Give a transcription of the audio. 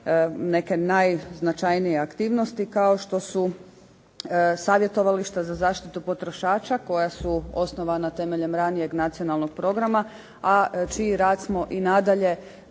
neke najznačajnije aktivnosti kao što su savjetovališta za zaštitu potrošača koja su osnovana temeljem ranijeg nacionalnog programa, a čiji rad smo i nadalje